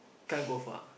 can't go far